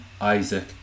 isaac